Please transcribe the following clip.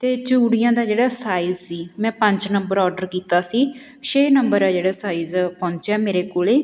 ਅਤੇ ਚੂੜੀਆਂ ਦਾ ਜਿਹੜਾ ਸਾਈਜ਼ ਸੀ ਮੈਂ ਪੰਜ ਨੰਬਰ ਔਡਰ ਕੀਤਾ ਸੀ ਛੇ ਨੰਬਰ ਆ ਜਿਹੜਾ ਸਾਈਜ਼ ਪਹੁੰਚਿਆ ਮੇਰੇ ਕੋਲ